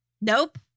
Nope